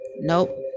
nope